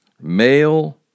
male